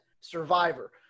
survivor